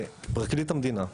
ופרקליט המדינה דאז,